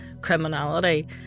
criminality